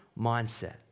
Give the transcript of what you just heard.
mindset